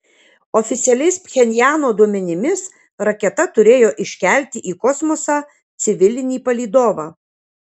oficialiais pchenjano duomenimis raketa turėjo iškelti į kosmosą civilinį palydovą